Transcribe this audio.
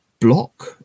block